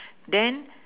then